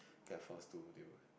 get force to they would